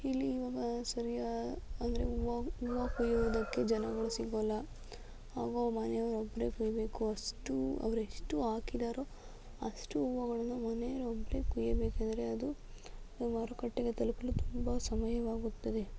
ಇಲ್ಲಿ ಈವಾಗ ಸರಿಯಾ ಅಂದರೆ ಹೂವು ಹೂವು ಕೊಯ್ಯೋದಕ್ಕೆ ಜನಗಳು ಸಿಗೋಲ್ಲ ಆಗ ಮನೆಯವರೊಬ್ಬರೇ ಕೊಯ್ಬೇಕು ಅಷ್ಟೂ ಅವರೆಷ್ಟು ಹಾಕಿದ್ದಾರೋ ಅಷ್ಟು ಹೂವುಗಳನ್ನು ಮನೆಯವರೊಬ್ಬರೇ ಕೊಯ್ಯಬೇಕೆಂದರೆ ಅದು ಮಾರುಕಟ್ಟೆಗೆ ತಲುಪಲು ತುಂಬ ಸಮಯವಾಗುತ್ತದೆ